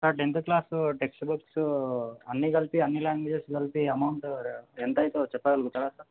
sir tenth class test books అన్నీ కలిపి అన్ని లాంగ్వేజెస్ కలిపి అమౌంటు ఎంత అవుతుందో చెప్పగలుగుతారా సార్